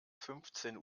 fünfzehn